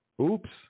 Oops